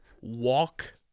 walk